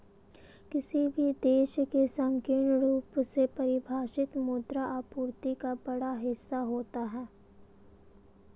किसी देश की संकीर्ण रूप से परिभाषित मुद्रा आपूर्ति का बड़ा हिस्सा होता है